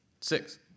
Six